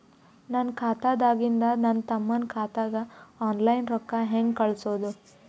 ನನ್ನ ಖಾತಾದಾಗಿಂದ ನನ್ನ ತಮ್ಮನ ಖಾತಾಗ ಆನ್ಲೈನ್ ರೊಕ್ಕ ಹೇಂಗ ಕಳಸೋದು?